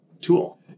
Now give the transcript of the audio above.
tool